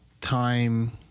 time